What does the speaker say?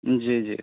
जी जी